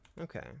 okay